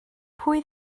pwy